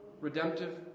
redemptive